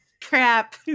Crap